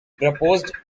proposed